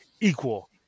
equal